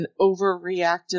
overreactive